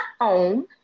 home